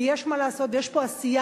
ויש מה לעשות ויש פה עשייה.